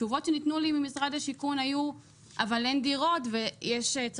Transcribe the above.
תשובות שניתנו לי ממשרד השיכון היו אבל אין דירות וצריך,